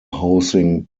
housing